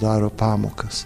daro pamokas